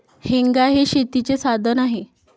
हेंगा हे शेतीचे साधन आहे